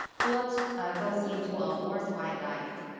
what goes into a worthwhile life?